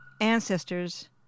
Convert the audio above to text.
ancestors